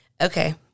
Okay